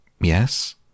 Yes